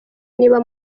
niba